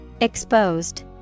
Exposed